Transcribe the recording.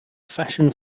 fashion